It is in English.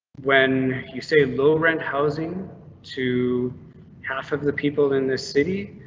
when you say low rent housing to half of the people in this city,